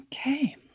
Okay